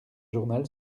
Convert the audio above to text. journal